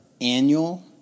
annual